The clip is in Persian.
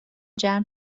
جمع